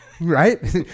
Right